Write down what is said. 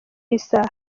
isaha